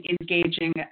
engaging